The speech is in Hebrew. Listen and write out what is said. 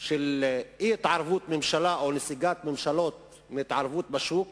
של אי-התערבות ממשלה או נסיגת ממשלות מהתערבות בשוק